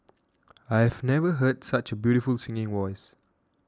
I've never heard such a beautiful singing voice